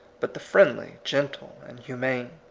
but the friendly, gentle, and humane.